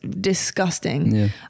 disgusting